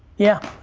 yeah.